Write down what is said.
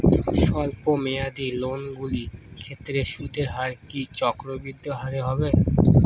স্বল্প মেয়াদী লোনগুলির ক্ষেত্রে সুদের হার কি চক্রবৃদ্ধি হারে হবে?